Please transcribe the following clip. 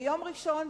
ביום ראשון,